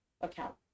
account